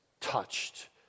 touched